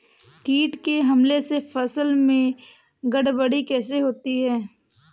कीट के हमले से फसल में गड़बड़ी कैसे होती है?